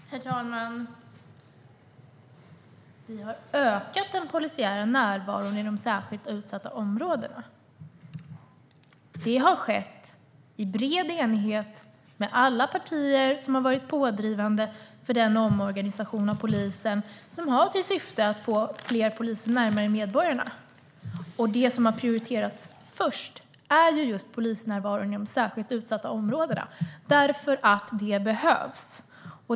Herr talman! Vi har ökat den polisiära närvaron i de särskilt utsatta områdena. Det har skett i bred enighet med alla partier som varit pådrivande för den omorganisation av polisen som har till syfte att få fler poliser närmare medborgarna. Det som har prioriterats högst är just polisnärvaron i de särskilt utsatta områdena, därför att det behövs.